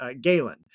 Galen